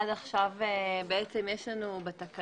עד עכשיו יש לנו בתקנות